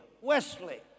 Wesley